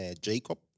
Jacob